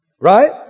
Right